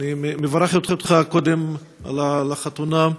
אני מברך אותך, קודם כול, על החתונה.